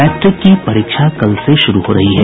matric की परीक्षा कल से शुरू हो रही है